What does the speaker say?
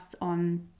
on